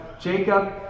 Jacob